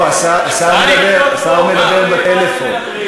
לא, השר מדבר בטלפון.